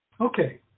Okay